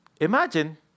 Imagine